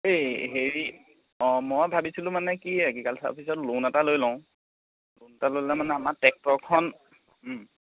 এই হেৰি মই ভাবিছিলোঁ মানে কি এগ্ৰিকালছাৰ অফিচত লোন এটা লৈ লওঁ লোন এটা ল'লে মানে আমাৰ টেক্টৰখন